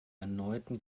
erneuten